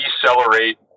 decelerate